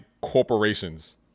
corporations